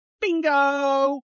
Bingo